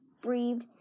breathed